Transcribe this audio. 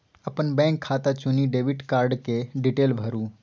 अपन बैंक खाता चुनि डेबिट कार्ड केर डिटेल भरु